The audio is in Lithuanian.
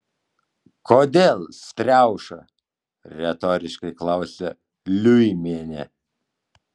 kodėl striauša retoriškai klausė liuimienė